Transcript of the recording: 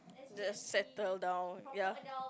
the settle down ya